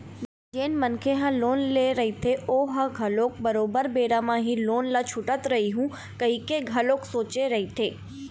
जेन मनखे ह लोन ले रहिथे ओहा घलोक बरोबर बेरा म ही लोन ल छूटत रइहूँ कहिके घलोक सोचे रहिथे